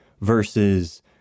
versus